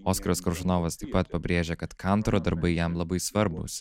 oskaras koršunovas taip pat pabrėžė kad kantoro darbai jam labai svarbūs